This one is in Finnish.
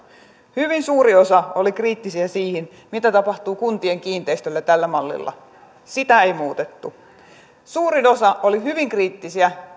hyvin suuri osa oli kriittisiä sitä kohtaan mitä tapahtuu kuntien kiinteistöille tällä mallilla sitä ei muutettu suurin osa oli hyvin kriittisiä